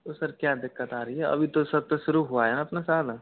तो सर क्या दिक्कत आ रही है अभी तो सत्र सुरू हुआ है न अपना साल